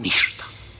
Ništa.